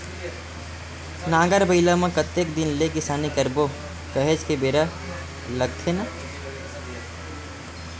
नांगर बइला म कतेक दिन ले किसानी करबो काहेच के बेरा लगथे न